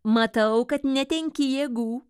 matau kad netenki jėgų